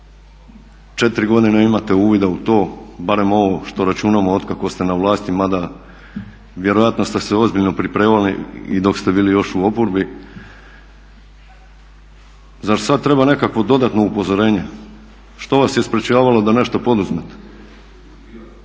4 godine imate uvida u to barem ovo što računamo od kako ste na vlasti mada vjerojatno ste se ozbiljno pripremali i dok ste bili još u oporbi, zar sada treba nekakvo dodatno upozorenje? Što vas je sprečavalo da nešto poduzmete?